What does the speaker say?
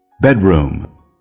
Bedroom